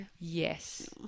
Yes